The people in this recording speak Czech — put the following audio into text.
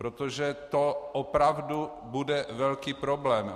Protože to opravdu bude velký problém.